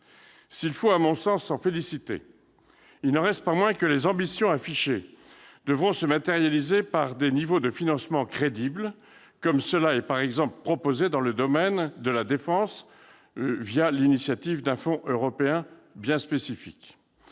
S'il faut à mon sens s'en féliciter, il n'en reste pas moins que les ambitions affichées devront se matérialiser par des niveaux de financement crédibles, comme cela est proposé, par exemple, dans le domaine de la défense l'initiative d'un fonds européen spécifique.